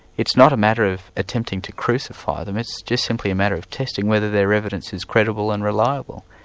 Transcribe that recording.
it's not a matter of attempting to crucify them, it's just simply a matter of testing whether their evidence is credible and reliable.